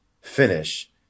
finish